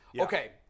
Okay